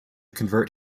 convert